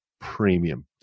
premium